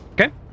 okay